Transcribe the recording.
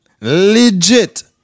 legit